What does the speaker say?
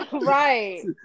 Right